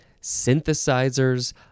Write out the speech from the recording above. Synthesizers